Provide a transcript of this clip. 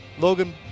Logan